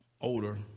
older